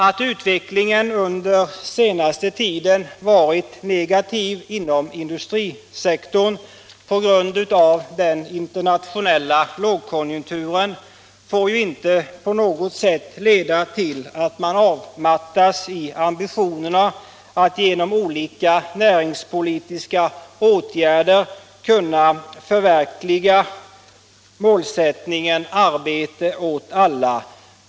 Att utvecklingen under den senaste tiden varit negativ inom industrisektorn på grund av den internationella lågkonjunkturen får ju inte leda till att man mattas i ambitionerna att genom olika näringspolitiska åtgärder söka förverkliga målsättningen arbete åt alla.